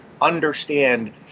understand